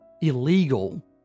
illegal